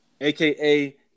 aka